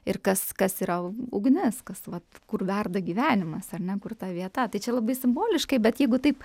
ir kas kas yra ugnis kas vat kur verda gyvenimas ar ne kur ta vieta tai čia labai simboliškai bet jeigu taip